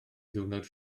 ddiwrnod